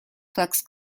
klux